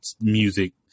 music